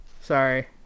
Sorry